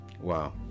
wow